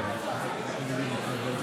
תודה רבה, אדוני היושב-ראש,